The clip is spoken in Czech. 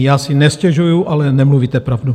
Já si nestěžuji, ale nemluvíte pravdu.